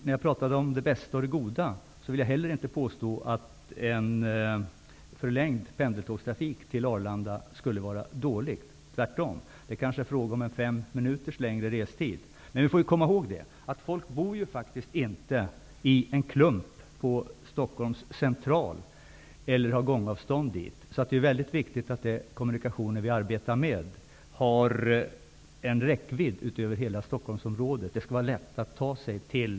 När jag talar om det bästa och det goda vill jag inte påstå att en förlängd pendeltågstrafik på Arlanda skulle vara dålig, tvärtom. Det är kanske fråga om fem minuters förlängd restid. Men vi får komma ihåg att folk faktiskt inte bor i en klump på Stockholms Central eller har gångavstånd dit. Det är viktigt att de kommunikationer som vi arbetar med har en räckvidd utöver hela Stockholmsområdet. Det skall vara lätt att ta sig till